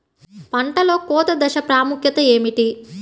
పంటలో కోత దశ ప్రాముఖ్యత ఏమిటి?